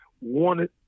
wanted